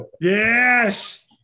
Yes